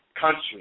country